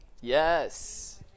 Yes